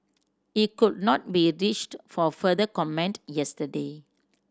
he could not be reached for further comment yesterday